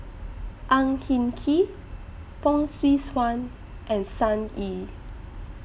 Ang Hin Kee Fong Swee Suan and Sun Yee